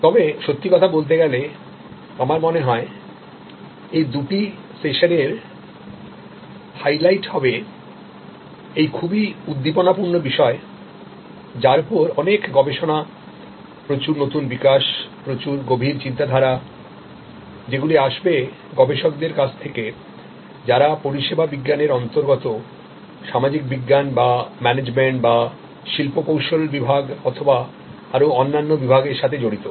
তবে সত্যি কথা বলতে গেলে আমার মনে হয় এই দুটি সেশনের হাইলাইট হবে এই খুবই উদ্দীপনা পূর্ণ বিষয় যার ওপর অনেক গবেষণা প্রচুর নতুন বিকাশ প্রচুর গভীর চিন্তা ধারা যেগুলি আসবে গবেষকদের কাছ থেকে যারা পরিষেবা বিজ্ঞানের অন্তর্গত সামাজিক বিজ্ঞান বা ম্যানেজমেন্ট বা শিল্পকৌশল বিভাগ অথবাআরো অন্যান্য বিভাগের সাথে জড়িত